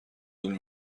طول